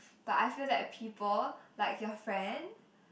but I feel that people like your friend